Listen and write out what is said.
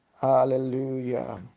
Hallelujah